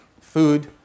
Food